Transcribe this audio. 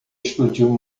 explodiu